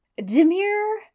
Demir –